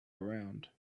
around